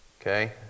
Okay